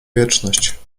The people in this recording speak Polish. wieczność